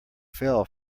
fell